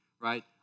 right